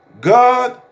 God